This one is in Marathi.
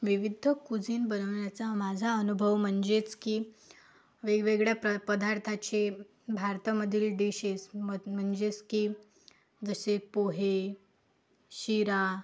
विविध कुजिन बनवण्याचा माझा अनुभव म्हणजेच की वेगवेगळ्या प पदार्थाचे भारतामधील डिशेस म म्हणजेच की जसे पोहे शिरा